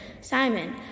Simon